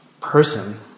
person